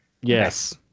Yes